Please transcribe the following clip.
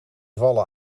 vallen